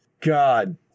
God